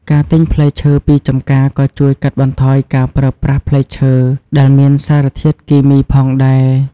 ការទិញផ្លែឈើពីចម្ការក៏ជួយកាត់បន្ថយការប្រើប្រាស់ផ្លែឈើដែលមានសារធាតុគីមីផងដែរ។